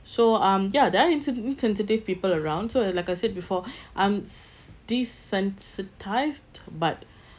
so um ya there are insen~ insensitive people around so I like I said before I'm s~ desensitized but